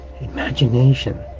imagination